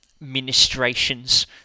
ministrations